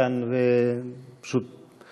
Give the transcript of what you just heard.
כאן, ופשוט אני